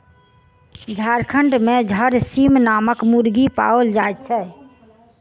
झारखंड मे झरसीम नामक मुर्गी पाओल जाइत छै